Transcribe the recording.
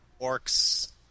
Orcs